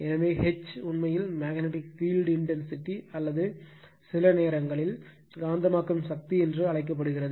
எனவே H உண்மையில் magnetic field intensity அல்லது சில நேரங்களில் காந்தமாக்கும் சக்தி என்று அழைக்கப்படுகிறது